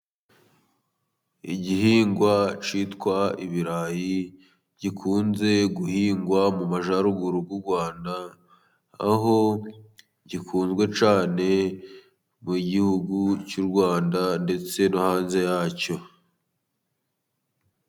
Igihingwa cyitwa ibirayi, gikunze guhingwa mu majyaruguru y'u Rwanda. Aho gikunzwe cyane mu gihugu cy'u Rwanda ndetse no hanze yacyo.